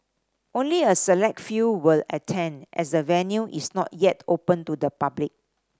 only a select few will attend as the venue is not yet open to the public